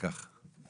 אחר כך.